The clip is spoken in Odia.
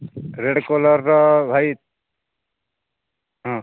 ରେଡ଼୍ କଲର୍ର ଭାଇ ହଁ